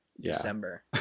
December